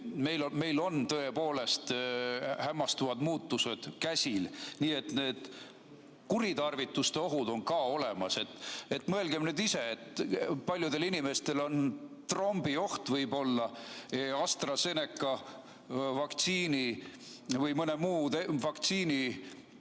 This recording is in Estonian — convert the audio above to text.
meil on tõepoolest hämmastavad muutused käsil. Nii et need kuritarvituste ohud on olemas. Mõelgem nüüd ise, et paljudel inimestel on trombioht võib-olla AstraZeneca vaktsiini või mõne muu vaktsiini